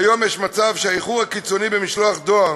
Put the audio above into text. כיום יש מצב שהאיחור הקיצוני במשלוח הדואר